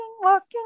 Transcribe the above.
walking